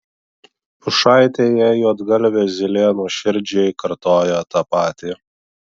pušaitėje juodgalvė zylė nuoširdžiai kartoja tą patį